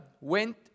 went